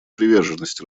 приверженность